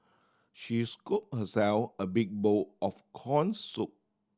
she scoop herself a big bowl of corn soup